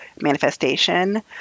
manifestation